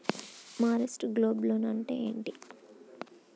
Mart gauge loan అంటే ఏమిటి?